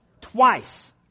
Twice